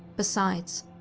besides,